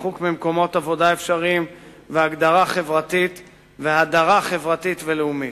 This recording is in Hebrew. ריחוק ממקומות עבודה אפשריים והדרה חברתית ולאומית.